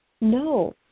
No